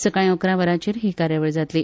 सकाळीं इकरा वरांचेर ही कार्यावळ जातली